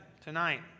tonight